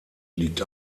liegt